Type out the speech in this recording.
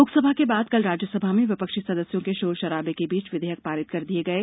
लोकसभा के बाद कल राज्यसभा में विपक्षी सदस्यों के शोर शराबे के बीच विधेयक पारित कर दिये गये